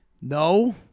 No